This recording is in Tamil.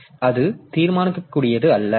எனவே அது தீர்மானிக்கக்கூடியது அல்ல